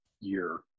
year